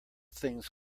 things